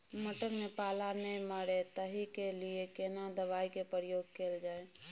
मटर में पाला नैय मरे ताहि के लिए केना दवाई के प्रयोग कैल जाए?